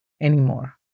anymore